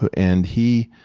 ah and he